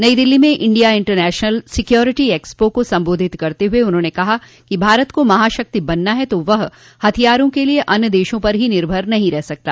नई दिल्ली में India International Security Expo को संबोधित करते हुए उन्होंने कहा कि भारत को महाशक्ति बनना है तो वह हथियारों के लिए अन्य देशों पर ही निर्भर नहीं रह सकता